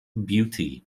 beauty